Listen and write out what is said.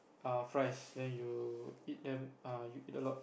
ah fries then you eat them you eat a lot